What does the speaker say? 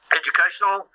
educational